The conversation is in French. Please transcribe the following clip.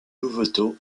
louveteaux